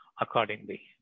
accordingly